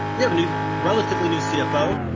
we have a new, relatively new cfo.